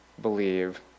believe